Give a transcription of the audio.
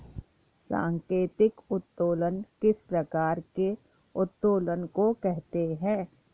सांकेतिक उत्तोलन किस प्रकार के उत्तोलन को कहते हैं?